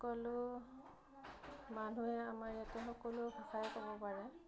সকলো মানুহে আমাৰ ইয়াতে সকলো কথাই ক'ব পাৰে